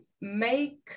make